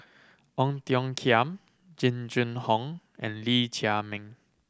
Ong Tiong Khiam Jing Jun Hong and Lee Chiaw Meng